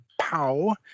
pow